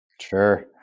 Sure